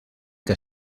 que